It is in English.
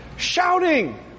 shouting